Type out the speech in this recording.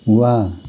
वाह